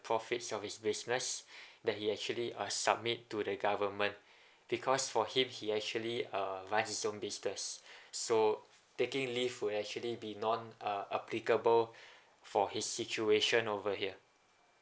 profit of his business that he actually submit to the government because for him he actually uh runs his own business so taking leave would actually be non uh applicable for his situation over here